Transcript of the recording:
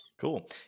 Cool